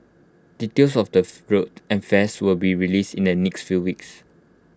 details of the route and fares will be released in the next few weeks